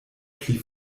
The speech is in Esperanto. pli